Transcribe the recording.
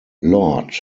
lord